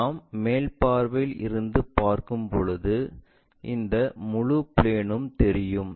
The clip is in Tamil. நாம் மேல் பார்வையில் இருந்து பார்க்கும்போது இந்த முழு பிளேன்ணும் தெரியும்